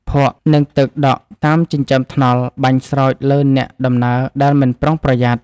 ភក់ និងទឹកដក់តាមចិញ្ចើមថ្នល់បាញ់ស្រោចលើអ្នកដំណើរដែលមិនប្រុងប្រយ័ត្ន។